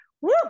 Woo